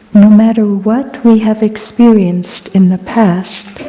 no matter what we have experienced in the past,